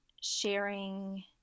sharing